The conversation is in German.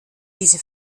diese